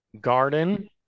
garden